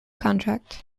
contract